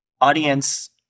audience